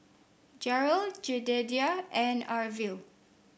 Gerald Jedidiah and Arvil